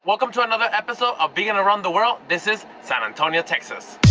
welcome to another episode of being and around the world this is san antonio texas